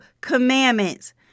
commandments